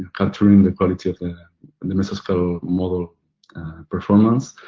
capturing the quality of the and the mesoscale model performance.